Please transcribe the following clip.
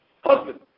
husband